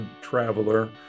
traveler